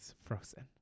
frozen